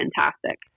fantastic